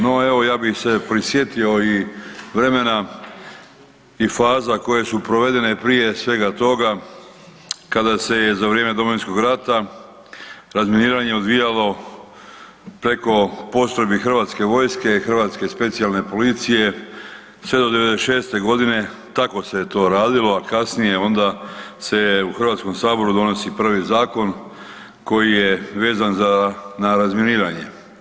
No evo ja bih se prisjetio i vremena i faza koje su provedene prije svega toga kada se je za vrijeme Domovinskog rata razminiranje odvijalo preko postrojbi hrvatske vojske, Hrvatske specijalne policije sve do '96.g. tako se je to radilo, a kasnije onda se u HS donosi prvi zakon koji je vezan na razminiranje.